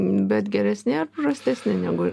bet geresni ar prastesni negu